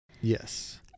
Yes